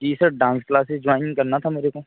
जी sir dance classes join करना था मेरे को